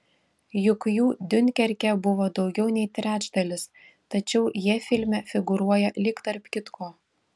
juk jų diunkerke buvo daugiau nei trečdalis tačiau jie filme figūruoja lyg tarp kitko